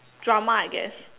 drama I guess